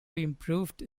improved